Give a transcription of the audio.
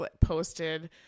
posted